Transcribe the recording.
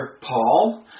Paul